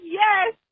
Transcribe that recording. yes